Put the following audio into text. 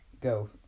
go